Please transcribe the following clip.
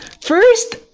First